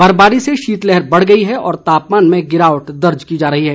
बर्फबारी से शीतलहर बढ़ गई है और तापमान में गिरावट दर्ज की जा रही है